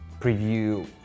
preview